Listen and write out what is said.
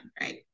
right